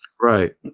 Right